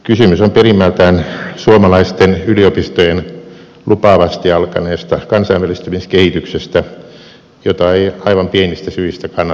kysymys on perimmältään suomalaisten yliopistojen lupaavasti alkaneesta kansainvälistymiskehityksestä jota ei aivan pienistä syistä kannata vaarantaa